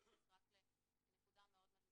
הוא מתייחס רק לנקודה מאוד מאוד מסוימת.